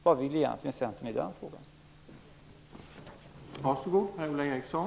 Vad vill egentligen Centern i den frågan?